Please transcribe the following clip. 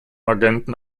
agenten